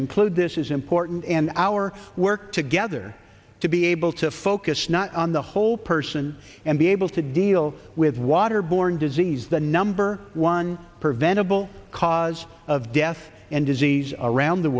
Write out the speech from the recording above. include this is important and our work together to be able to focus not on the whole person and be able to deal with water borne disease the number one preventable cause of death and disease around the